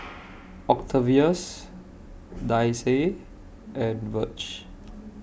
Octavius Daisye and Virge